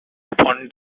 upon